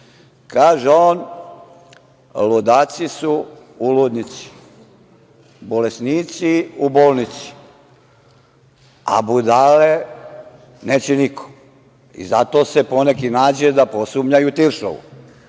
kaže on: „Ludaci su u ludnici, bolesnici u bolnici, a budale neće niko“ i zato se poneki nađe da posumnja i u Tiršovu.